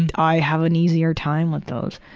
and i have an easier time with those.